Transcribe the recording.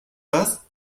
das